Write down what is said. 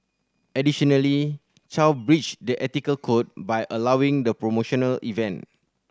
additionally Chow breached the ethical code by allowing the promotional event